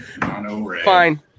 fine